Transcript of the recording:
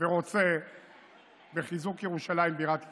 ורוצה בחיזוק ירושלים בירת ישראל.